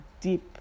deep